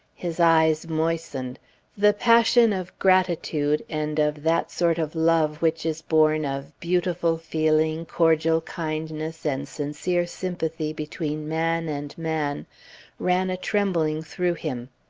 his eyes moistened the passion of gratitude and of that sort of love which is born of beautiful feeling, cordial kindness, and sincere sympathy between man and man ran a-trembling through him.